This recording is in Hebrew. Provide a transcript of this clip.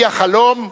היא החלום,